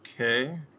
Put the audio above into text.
Okay